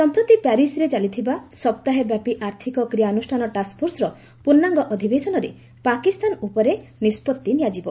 ସମ୍ପ୍ରତି ପ୍ୟାରିସ୍ରେ ଚାଲିଥିବା ସପ୍ତାହେବ୍ୟାପୀ ଆର୍ଥକ କ୍ରିୟାନୁଷ୍ଠାନ ଟାସ୍କଫୋର୍ସର ପୂର୍ଣ୍ଣାଙ୍ଗ ଅଧିବେଶନରେ ପାକିସ୍ତାନ ଉପରେ ନିଷ୍ପଭି ନିଆଯିବ